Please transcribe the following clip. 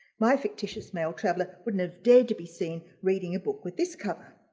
my fictitious male traveler wouldn't have dared to be seen reading a book with this cover.